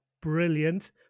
brilliant